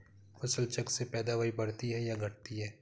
फसल चक्र से पैदावारी बढ़ती है या घटती है?